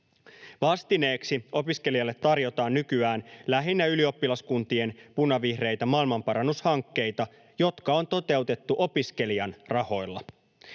Vastineeksi opiskelijalle tarjotaan nykyään lähinnä ylioppilaskuntien punavihreitä maailmanparannushankkeita, jotka on toteutettu opiskelijan rahoilla.